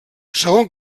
segon